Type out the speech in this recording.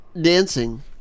dancing